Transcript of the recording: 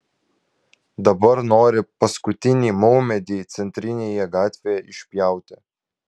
dabar nori paskutinį maumedį centrinėje gatvėje išpjauti